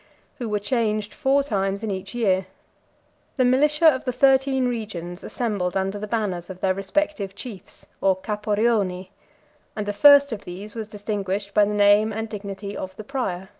who were changed four times in each year the militia of the thirteen regions assembled under the banners of their respective chiefs, or caporioni and the first of these was distinguished by the name and dignity of the prior.